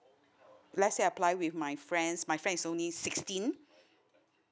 let say I apply with my friends my friend is only sixteen